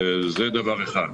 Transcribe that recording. שנית,